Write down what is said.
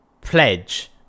pledge